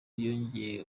yongera